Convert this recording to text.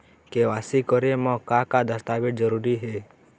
KYC करे म का का दस्तावेज जरूरी हे?